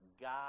God